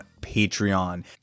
Patreon